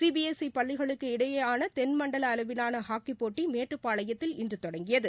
C B S E பள்ளிகளுக்கு இடையேயான தென்மண்டல அளவிலான ஹாக்கிப் போட்டி மேட்டுப்பாளையத்தில் இன்று தொடங்கியது